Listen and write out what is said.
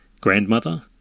Grandmother